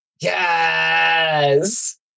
yes